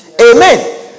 Amen